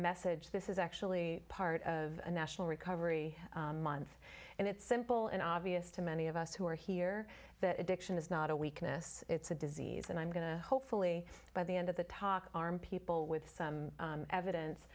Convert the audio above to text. message this is actually part of a national recovery month and it's simple and obvious to many of us who are here that addiction is not a weakness it's a disease and i'm going to hopefully by the end of the talk arm people with some evidence